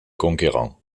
conquérant